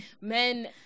men